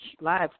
Live